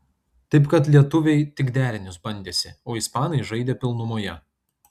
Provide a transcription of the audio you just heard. taip kad lietuviai tik derinius bandėsi o ispanai žaidė pilnumoje